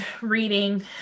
reading